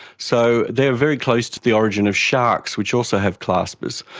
so they are very close to the origin of sharks, which also have claspers.